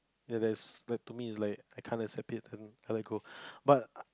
ya that is that to me like I can't accept it then I let go but